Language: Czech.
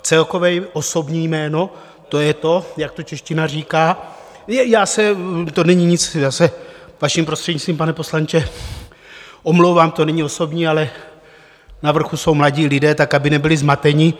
Celkové osobní jméno, to je to, jak to čeština říká to není nic, já se vaším prostřednictvím, pane poslanče, omlouvám, to není osobní, ale navrchu jsou mladí lidé, tak aby nebyli zmateni.